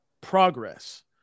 progress